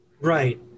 right